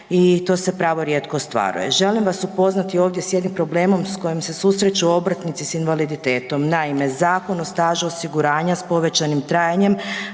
i to se pravo rijetko ostvaruje. Želim vas upoznati ovdje s jednim problemom s kojim se susreću obrtnici s invaliditetom. Naime, Zakon o stažu osiguranja s povećanim trajanjem